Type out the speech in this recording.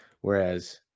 whereas